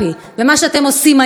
ומה שאתם עושים היום,